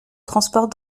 transporte